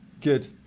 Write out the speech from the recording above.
good